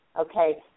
Okay